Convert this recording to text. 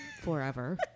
forever